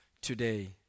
today